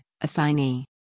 Assignee